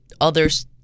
others